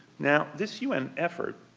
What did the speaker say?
now, this un effort